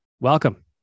welcome